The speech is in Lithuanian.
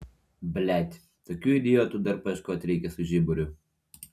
blet tokių idiotų dar paieškot reikia su žiburiu